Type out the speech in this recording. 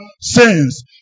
sins